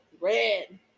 red